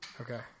Okay